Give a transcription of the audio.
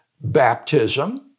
baptism